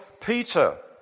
Peter